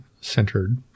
centered